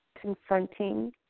Confronting